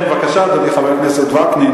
אני מודה לך, אדוני.